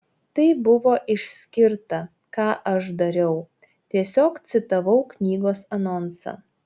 tai buvo išskirta ką aš dariau tiesiog citavau knygos anonsą